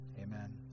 Amen